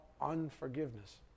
unforgiveness